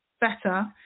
better –